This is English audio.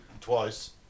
twice